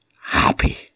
happy